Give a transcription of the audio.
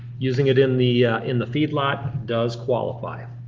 using it in the in the feed lot does qualify.